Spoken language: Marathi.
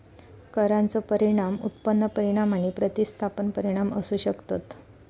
करांचो परिणाम उत्पन्न परिणाम आणि प्रतिस्थापन परिणाम असू शकतत